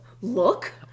look